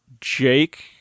Jake